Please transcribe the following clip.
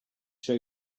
show